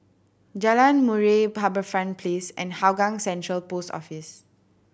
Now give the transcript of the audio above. Jalan Murai HarbourFront Place and Hougang Central Post Office